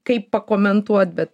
kaip pakomentuot bet